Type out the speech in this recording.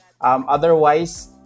Otherwise